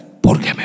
porque